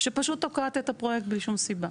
שפשוט תוקעת את הפרויקט בלי סיבה.